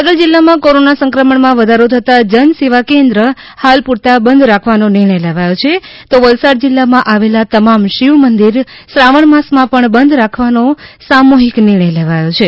મહીસાગર જિલ્લા માં કોરોના સંક્રમણ માં વધારો થતાં જન સેવાકેન્દ્ર હાલ પૂરતા બંધ રાખવાનો નિર્ણય લેવાયો છે તો વલસાડ જિલ્લામાં આવેલા તમામ શિવ મંદિર શ્રાવણ માસમાં પણ બંધ રાખવાનો સામૂહિક નિર્ણય લેવાયો છે